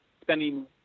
spending